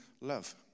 love